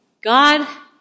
God